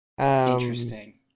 interesting